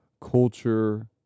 culture